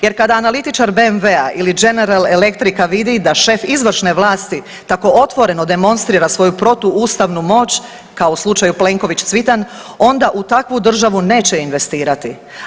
Jer kada analitičar BMW-a ili General Electrica vidi da šef izvršne vlasti tako otvoreno demonstrira svoju protuustavnu moć, kao u slučaju Plenković – Cvitan, onda u takvu državu neće investirati.